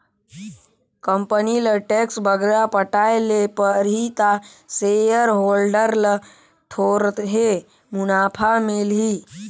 company ल tax बगरा पटाए ले परही ता सेयर होल्डर ल थोरहें मुनाफा मिलही